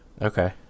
okay